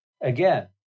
Again